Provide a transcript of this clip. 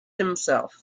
himself